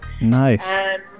Nice